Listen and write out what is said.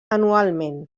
anualment